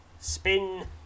Spin